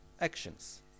actions